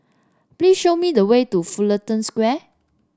please show me the way to Fullerton Square